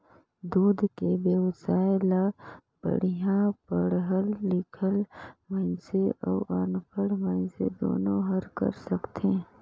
दूद के बेवसाय ल बड़िहा पड़हल लिखल मइनसे अउ अनपढ़ मइनसे दुनो हर कर सकथे